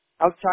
Outside